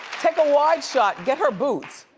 take a wide shot, get her boots.